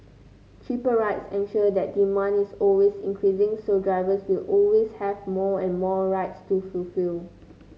cheaper rides ensure that demand is always increasing so drivers will always have more and more rides to fulfil